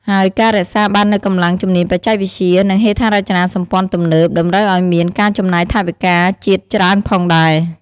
ហើយការរក្សាបាននូវកម្លាំងជំនាញបច្ចេកវិទ្យា និងហេដ្ឋារចនាសម្ព័ន្ធទំនើប តម្រូវឱ្យមាន ការចំណាយថវិកាជាតិច្រើនផងដែរ។